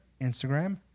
Instagram